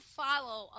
follow